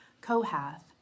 Kohath